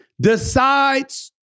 decides